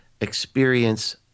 experience